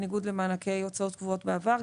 בניגוד למענקי הוצאות קבועות בעבר,